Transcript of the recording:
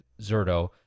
Zerto